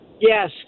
Yes